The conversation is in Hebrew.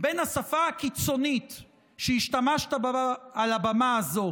בין השפה הקיצונית שהשתמשת בה על הבמה הזאת